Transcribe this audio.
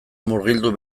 murgildu